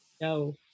no